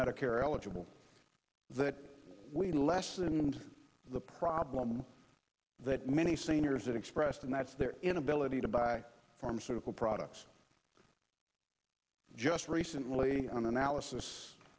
medicare eligible that we lessened the problem that many seniors expressed and that's their inability to buy pharmaceutical products just recently an analysis